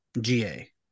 GA